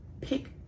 pick